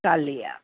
ख़ाली आहे